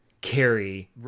carry